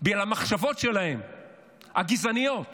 בגלל המחשבות הגזעניות שלהם,